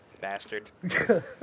bastard